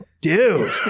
Dude